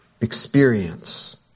experience